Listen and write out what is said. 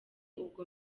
ubwo